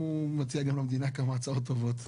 הוא מציע גם למדינה כמה הצעות טובות.